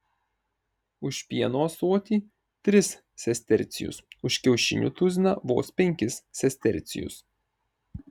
už pieno ąsotį tris sestercijus už kiaušinių tuziną vos penkis sestercijus